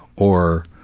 or,